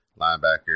linebacker